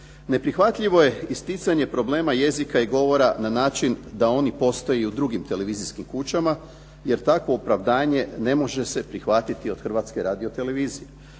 Neprihvatljivo je isticanje problema jezika i govora na način da oni postoje i u drugim televizijskim kućama, jer takvo opravdanje ne može se prihvatiti od Hrvatske radiotelevizije.